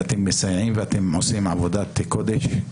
אתם מסייעים ואתם עושים עבודת קודש,